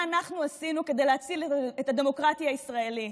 מה אנחנו עשינו כדי להציל את הדמוקרטיה הישראלית,